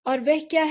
और वह क्या है